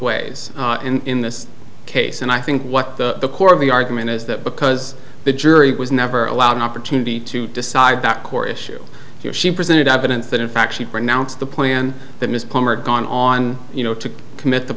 ways in this case and i think what the core of the argument is that because the jury was never allowed an opportunity to decide that core issue here she presented evidence that in fact she pronounced the plan that miss palmer gone on you know to commit t